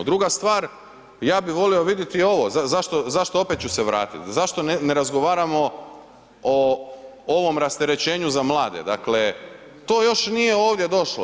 Druga stvar, ja bih volio vidjeti ovo, opet ću se vratiti, zašto ne razgovaramo o ovom rasterećenju za mlade, dakle to još ovdje nije došlo.